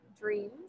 dreams